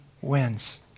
wins